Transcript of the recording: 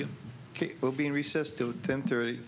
you will be in recess to ten thirty